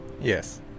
Yes